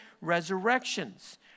resurrections